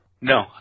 No